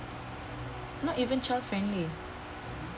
not even child friendly